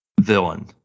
villain